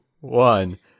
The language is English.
one